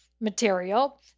material